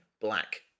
black